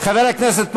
חבר הכנסת מוזס,